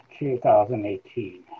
2018